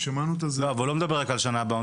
שמענו את הזעקה --- אבל הוא לא מדבר רק על שנה הבאה,